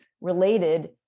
related